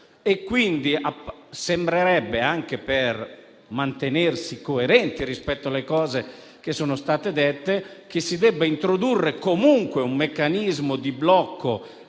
quindi, anche per mantenersi coerenti rispetto alle cose che sono state dette, che si debba introdurre comunque un meccanismo di blocco